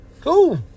Cool